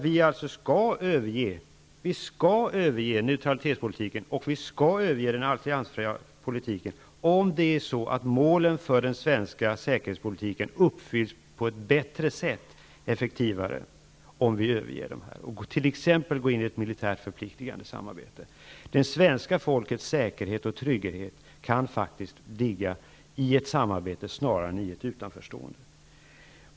Vi skall överge neutralitetspolitiken och den alliansfria politiken om det är så att målen för den svenska säkerhetspolitiken uppfylls på ett bättre och effektivare sätt om vi överger dessa principer och t.ex. går in i ett militärt förpliktigande samarbete. Det svenska folkets säkerhet och trygghet kan faktiskt ligga i ett samarbete snarare än i ett utanförstående.